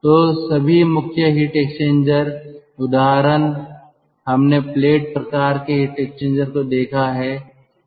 तो सभी मुख्य हीट एक्सचेंजर उदाहरण हमने प्लेट प्रकार के हीट एक्सचेंजर को देखा है